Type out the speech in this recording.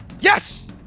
Yes